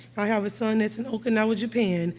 i have a son that's in okinawa, japan.